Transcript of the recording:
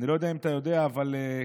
אני לא יודע אם אתה יודע, אבל כרגע